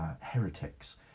heretics